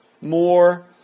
more